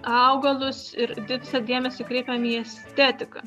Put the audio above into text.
augalus ir visą dėmesį kreipiam į estetiką